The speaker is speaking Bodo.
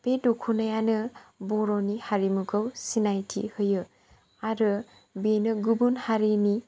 बि दख'नायानो बर'नि हारिमुखौ सिनायथि होयो आरो बेनो गुबुन हारिनि